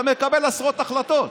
אתה מקבל עשרות אלפי החלטות,